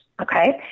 okay